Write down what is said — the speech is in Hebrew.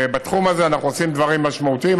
בתחום הזה אנחנו עושים דברים משמעותיים,